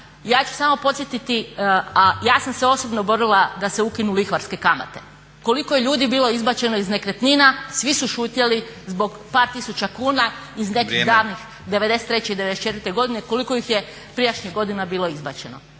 Ja ću samo podsjetiti, a ja sam se osobno borila da se ukinu lihvarske kamate. Koliko je ljudi bilo izbačeno iz nekretnina, svi su šutjeli zbog par tisuća kuna iz nekih davnih 93. i 94. godine, koliko ih je prijašnjih godina bilo izbačeno